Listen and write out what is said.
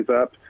up